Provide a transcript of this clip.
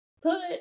put